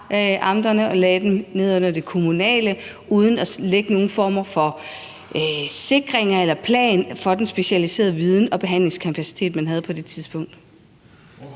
og lagde det ind under det kommunale uden at lægge nogen form for plan for den specialiserede viden og behandlingskapacitet, man havde på det tidspunkt.